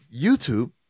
YouTube